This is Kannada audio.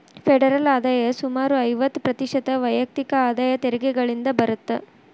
ಫೆಡರಲ್ ಆದಾಯ ಸುಮಾರು ಐವತ್ತ ಪ್ರತಿಶತ ವೈಯಕ್ತಿಕ ಆದಾಯ ತೆರಿಗೆಗಳಿಂದ ಬರತ್ತ